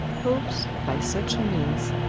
hopes, by such means,